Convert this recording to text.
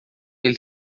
ele